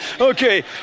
Okay